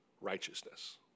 righteousness